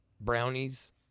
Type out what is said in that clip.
brownies